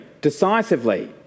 decisively